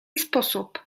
sposób